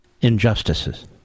injustices